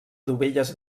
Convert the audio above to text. dovelles